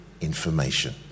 information